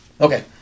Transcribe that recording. Okay